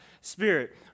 Spirit